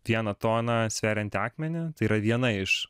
vieną toną sveriantį akmenį tai yra viena iš